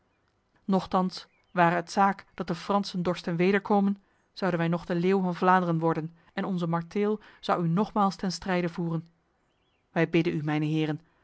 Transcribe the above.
nochtans ware het zaak dat de fransen dorsten wederkomen zouden wij nog de leeuw van vlaanderen worden en onze marteel zou u nogmaals ten strijde voeren wij bidden u mijne heren